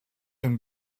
and